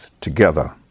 together